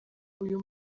uyu